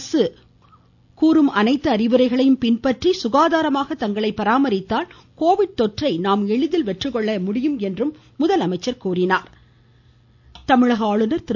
அரசு கூறும் அனைத்து அறிவுரைகளையும் பின்பற்றி சுகாதாரமாக தங்களை பராமரித்தால் கோவிட் தொற்றை நாம் எளிதில் வெற்றிகொள்ள முடியும் என்றார் ஆளுநர் சந்திப்பு ஆளுநர் திரு